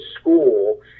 school